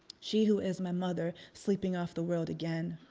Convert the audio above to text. she who is my mother sleeping off the world again,